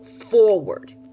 forward